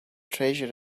treasure